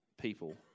people